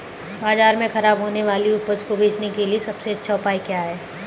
बाजार में खराब होने वाली उपज को बेचने के लिए सबसे अच्छा उपाय क्या है?